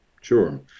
Sure